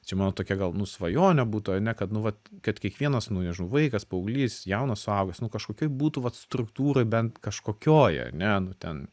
čia mano tokia gal nu svajonė būtų ane kad nu vat kad kiekvienas nu nežinau vaikas paauglys jaunas suaugęs nu kažkokioj būtų vat struktūroj bent kažkokioj ane nu ten